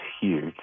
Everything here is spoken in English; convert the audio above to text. huge